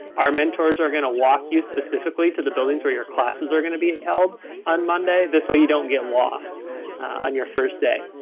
our mentors are going to walk you specifically to the buildings where your classes are going to be held on monday. this way you don't get lost on your first day.